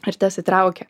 ir tas įtraukė